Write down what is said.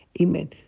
Amen